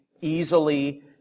easily